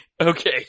Okay